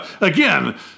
again